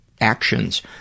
actions